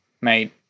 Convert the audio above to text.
made